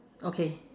okay